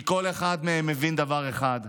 כי כל אחד מהם מבין דבר אחד,